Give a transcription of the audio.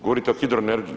Govorite o hidroenergiji.